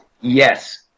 Yes